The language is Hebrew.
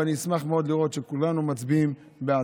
ואני אשמח מאוד לראות שכולנו מצביעים בעד.